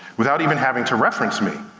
without even having to reference me.